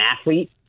athlete